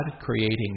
creating